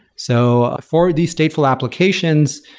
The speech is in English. so, for these stateful applications,